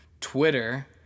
Twitter